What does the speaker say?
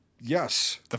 yes